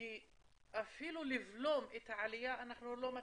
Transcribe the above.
כי אפילו לבלום את העלייה אנחנו לא מצליחים,